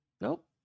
Nope